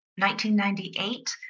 1998